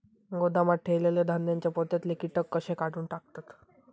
गोदामात ठेयलेल्या धान्यांच्या पोत्यातले कीटक कशे काढून टाकतत?